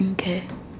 mm K